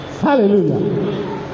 Hallelujah